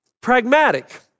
Pragmatic